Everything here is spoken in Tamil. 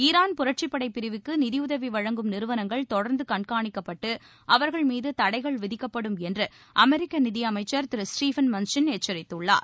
ஈரான் புரட்சிப்படைப்பிரிவுக்கு நிதியுதவி வழங்கும் நிறுவனங்கள் தொடர்ந்து கண்காணிக்கப்பட்டு அவர்கள் மீது தடைகள் விதிக்கப்படும் என்று அமெரிக்க நிதியமைச்சர் திரு ல்டீவன் மன்ச்சின் எச்சரித்துள்ளார்